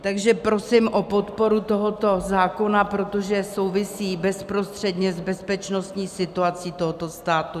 Takže prosím o podporu tohoto zákona, protože souvisí bezprostředně s bezpečnostní situací tohoto státu.